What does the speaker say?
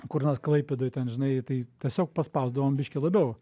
kur nors klaipėdoj ten žinai tai tiesiog paspausdavom biškį labiau